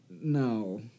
no